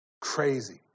Crazy